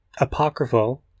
apocryphal